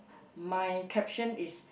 my caption is